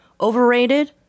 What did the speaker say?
overrated